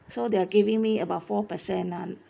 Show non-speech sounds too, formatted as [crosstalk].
so they're giving me about four percent [one] [breath]